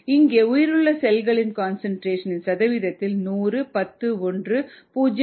இங்கே உயிருள்ள செல்களின் கன்சன்ட்ரேஷன் இன் சதவிகிதத்தின் 100 10 1 0